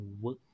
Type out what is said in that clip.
work